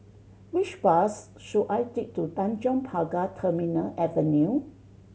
which bus should I take to Tanjong Pagar Terminal Avenue